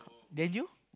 then you